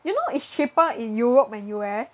you know it's cheaper in Europe and U_S